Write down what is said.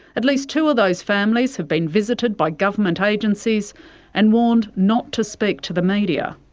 at least two of those families have been visited by government agencies and warned not to speak to the media.